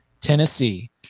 Tennessee